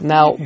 Now